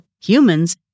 humans